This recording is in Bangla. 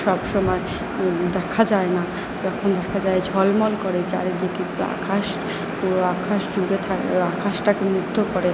সবসময় দেখা যায় না যখন দেখা যায় ঝলমল করে চারিদিকে আকাশ আকাশ জুড়ে আকাশটাকে মুগ্ধ করে